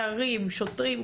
שוטרים,